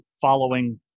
following